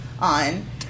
on